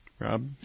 Rob